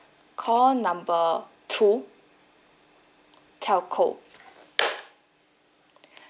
call number two telco